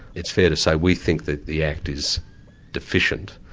it's fair to say we think that the act is deficient.